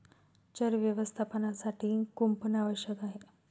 चर व्यवस्थापनासाठी कुंपण आवश्यक आहे